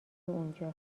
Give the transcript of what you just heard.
اونجا